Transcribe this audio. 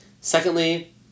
Secondly